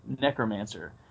Necromancer